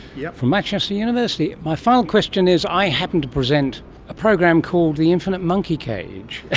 yeah from manchester university. my final question is i happened to present a program called the infinite monkey cage